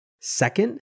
Second